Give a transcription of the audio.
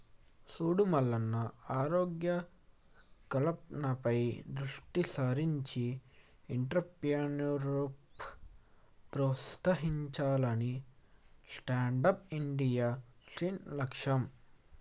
సూడు మల్లన్న ఉద్యోగ కల్పనపై దృష్టి సారించి ఎంట్రప్రేన్యూర్షిప్ ప్రోత్సహించాలనే స్టాండప్ ఇండియా స్కీం లక్ష్యం